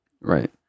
Right